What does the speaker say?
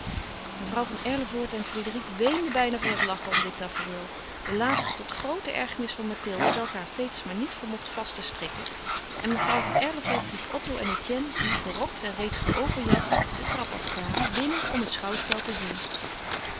mevrouw van erlevoort en frédérique weenden bijna van het lachen om dit tafereel de laatste tot groote ergenis van mathilde welke haar veters maar niet vermocht vast te strikken en mevrouw van erlevoort riep otto en etienne die gerokt en reeds geoverjasd de trap afkwamen binnen om het schouwspel te zien